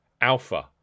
Alpha